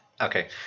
Okay